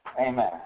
Amen